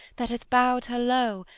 that hath bowed her low,